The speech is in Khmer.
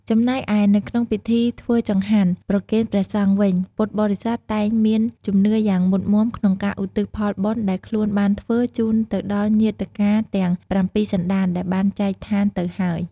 ចំណែកឯនៅក្នុងពិធីធ្វើចង្ហាន់ប្រគេនព្រះសង្ឃវិញ ពុទ្ធបរិស័ទតែងមានជំនឿយ៉ាងមុតមាំក្នុងការឧទ្ទិសផលបុណ្យដែលខ្លួនបានធ្វើជូនទៅដល់ញាតិកាទាំងប្រាំពីរសន្តានដែលបានចែកឋានទៅហើយ។